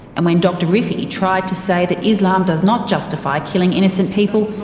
and when dr rifi tried to say that islam does not justify killing innocent people,